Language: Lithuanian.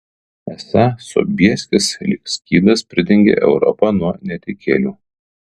esą sobieskis lyg skydas pridengė europą nuo netikėlių